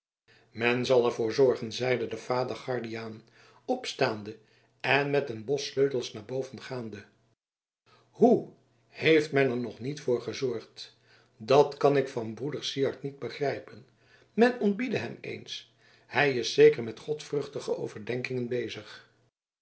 men zal er voor zorgen zeide de vader guardiaan opstaande en met een bos sleutels naar boven gaande hoe heeft men er nog niet voor gezorgd dat kan ik van broeder syard niet begrijpen men ontbiede hem eens hij is zeker met godvruchtige overdenkingen bezig